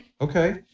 okay